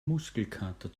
muskelkater